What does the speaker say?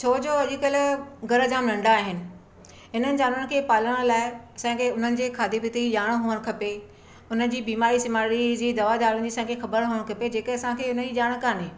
छोजो अॼुकल्ह घर जाम नंढा आहिनि इन्हनि जानवरनि खे पालणु लाइ असांखे उन्हनि जे खाधे पीते जी ॼाण हुअण खपे उन जी बीमारी सीमारी जी दवा दारु जी असांखे ख़बर हुअण खपे जेके असांखे उन जी ॼाण कोन्हे